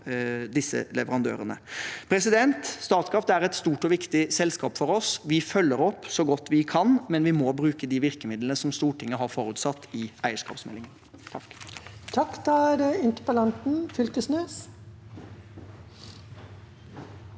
disse leverandørene. Statkraft er et stort og viktig selskap for oss. Vi følger opp så godt vi kan, men vi må bruke de virkemidlene som Stortinget har forutsatt i eierskapsmeldingen.